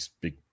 big